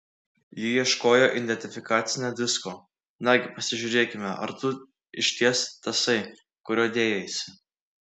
ji ieškojo identifikacinio disko nagi pasižiūrėkime ar tu išties tasai kuriuo dėjaisi